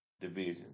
division